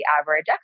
average